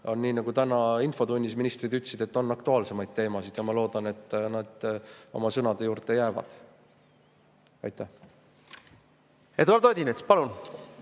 Nii nagu täna infotunnis ministrid ütlesid, on aktuaalsemaid teemasid. Ma loodan, et nad oma sõnade juurde jäävad. Eduard Odinets, palun!